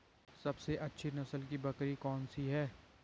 सबसे अच्छी नस्ल की बकरी कौन सी है?